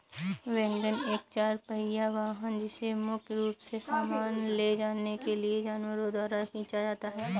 wagon एक चार पहिया वाहन है जिसे मुख्य रूप से सामान ले जाने के लिए जानवरों द्वारा खींचा जाता है